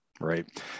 right